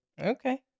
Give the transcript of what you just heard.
Okay